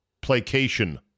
placation